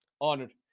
honored